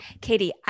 Katie